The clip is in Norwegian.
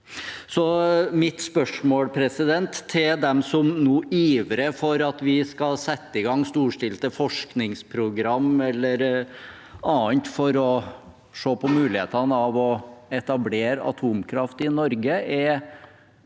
Mitt spørsmål til dem som nå ivrer for at vi skal sette i gang storstilte forskningsprogram eller annet for å se på mulighetene for å etablere atomkraft i Norge, er: